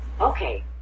Okay